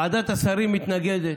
ועדת השרים, מתנגדת,